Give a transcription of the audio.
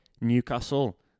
Newcastle